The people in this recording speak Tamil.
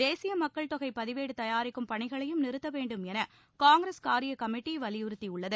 தேசிய மக்கள் தொகை பதிவேடு தயாரிக்கும் பணிகளையும் நிறுத்த வேண்டும் என காங்கிரஸ் காரியக் கமிட்டி வலியறுத்தியுள்ளது